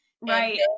right